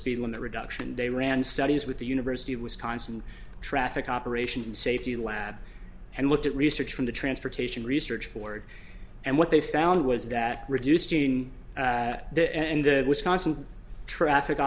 speed limit reduction they ran studies with the university of wisconsin traffic operations and safety lab and looked at research from the transportation research board and what they found was that reduced the end wisconsin traffic